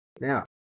now